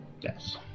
Yes